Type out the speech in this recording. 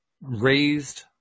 raised